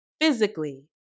physically